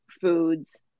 foods